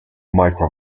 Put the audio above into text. micro